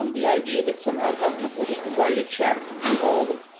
um the idea that somehow government will just write a check to do all the,